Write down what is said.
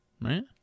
right